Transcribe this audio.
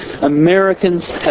Americans